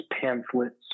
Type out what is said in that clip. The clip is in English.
pamphlets